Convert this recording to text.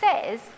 says